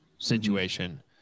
situation